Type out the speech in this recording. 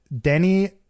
Denny